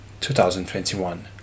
2021